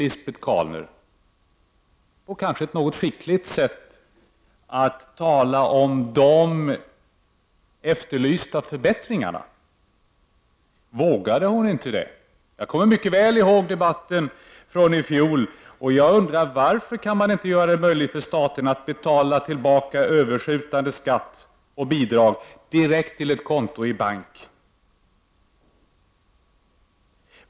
Lisbet Calner undvek — och det gjorde hon nog ganska skickligt — att tala om de efterlysta förbättringarna. Vågade hon inte tala om dessa? Jag kommer mycket väl ihåg den debatt som var i fjol. Men varför kan man inte göra det möjligt för staten att betala tillbaka överskjutande skatt och bidrag direkt till ett konto i en bank?